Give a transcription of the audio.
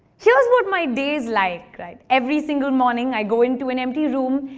here's what my day is like. every single morning, i go into an empty room,